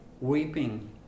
weeping